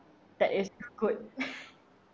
that is good